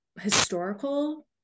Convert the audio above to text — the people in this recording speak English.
historical